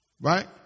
Right